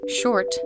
Short